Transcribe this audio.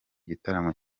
gitaramo